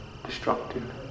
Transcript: destructive